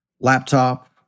laptop